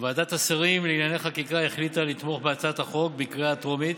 בהצעת החוק בקריאה הטרומית,